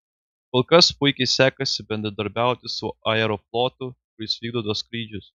kol kas puikiai sekasi bendradarbiauti su aeroflotu kuris vykdo tuos skrydžius